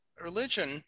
religion